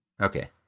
Okay